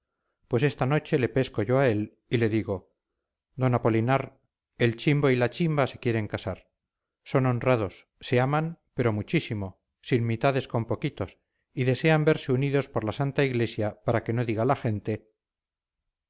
pues esta noche le pesco yo a él y le digo d apolinar el chimbo y la chimba se quieren casar son honrados se aman pero muchísimo sin mitades con poquitos y desean verse unidos por la santa iglesia para que no diga la gente